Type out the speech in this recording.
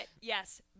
yes